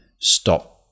stop